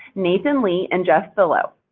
nathan lee and jeff billo,